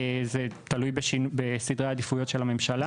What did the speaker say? זה תלוי בסדרי העדיפויות של הממשלה.